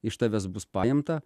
iš tavęs bus paimta